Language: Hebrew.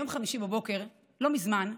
ביום חמישי בבוקר, לא מזמן,